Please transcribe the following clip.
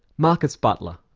marcus butler.